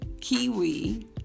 kiwi